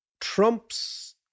Trump's